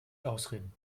ausreden